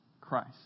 Christ